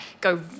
go